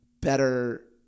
better